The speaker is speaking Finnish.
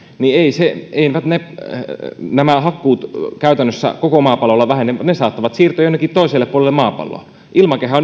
niin eivät nämä hakkuut käytännössä koko maapallolla vähene ne saattavat siirtyä jonnekin toiselle puolelle maapalloa ilmakehä